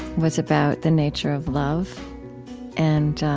was about the nature of love and